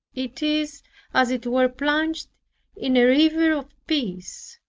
it is as it were plunged in a river of peace.